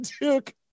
Duke